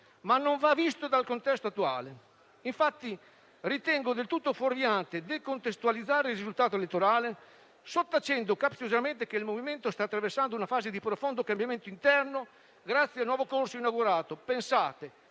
ma non va visto fuori dal contesto attuale. Infatti, ritengo del tutto fuorviante decontestualizzare il risultato elettorale, sottacendo capziosamente che il MoVimento sta attraversando una fase di profondo cambiamento interno, grazie al nuovo corso inaugurato - pensate